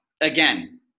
again